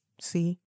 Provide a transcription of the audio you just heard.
See